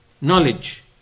knowledge